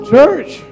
Church